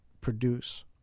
produce